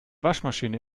waschmaschine